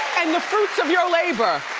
and the fruits of your labor.